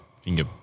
finger –